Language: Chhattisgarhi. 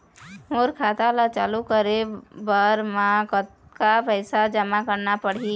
मोर खाता ला चालू रखे बर म कतका पैसा जमा रखना पड़ही?